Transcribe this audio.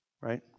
right